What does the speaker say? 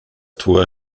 tor